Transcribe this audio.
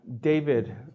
David